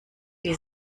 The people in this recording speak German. die